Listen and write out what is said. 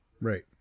Right